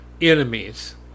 enemies